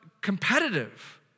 competitive